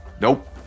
Nope